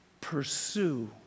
pursue